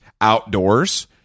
outdoors